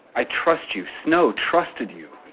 i trust you. snow trusted you.